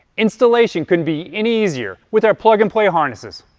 installation couldn't be any easier with our plug and play harnesses.